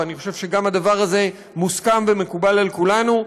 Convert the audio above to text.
אני חושב שגם הדבר הזה מוסכם ומקובל על כולנו,